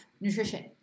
Nutrition